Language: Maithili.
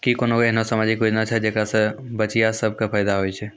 कि कोनो एहनो समाजिक योजना छै जेकरा से बचिया सभ के फायदा होय छै?